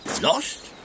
Lost